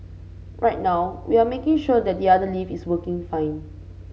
right now we are making sure that the other lift is working fine